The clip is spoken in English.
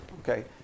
okay